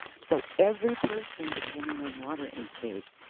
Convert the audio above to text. so every person, depending on water intake,